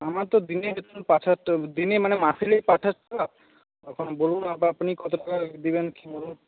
আমার তো দিনে দিনে মানে মাসে পাঁচ এখন বলুন আপনি কত টাকা দিবেন কি